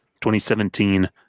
2017